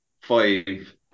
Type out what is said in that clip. five